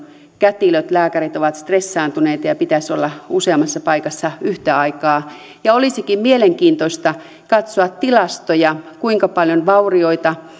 kätilöt lääkärit ovat stressaantuneita ja ja pitäisi olla useammassa paikassa yhtä aikaa olisikin mielenkiintoista katsoa tilastoja kuinka paljon vaurioita